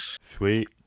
Sweet